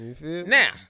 Now